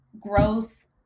growth